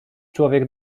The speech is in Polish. człowiek